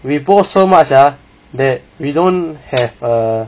we go so much that we don't have a